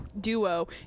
duo